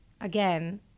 again